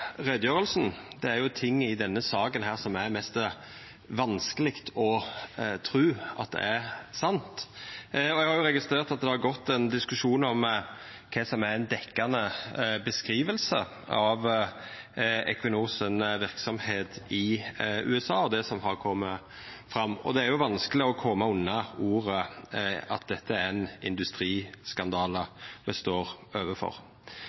tru at er sant. Eg har registrert at det har vore ein diskusjon om kva som er ei dekkjande skildring av Equinors verksemd i USA og det som har kome fram. Det er vanskeleg å koma unna at det er ein industriskandale me står overfor.